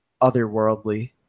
otherworldly